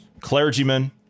clergymen